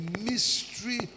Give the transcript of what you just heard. mystery